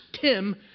Tim